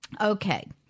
Okay